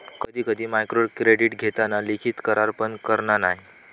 कधी कधी मायक्रोक्रेडीट घेताना लिखित करार पण करना नाय